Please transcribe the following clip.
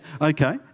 Okay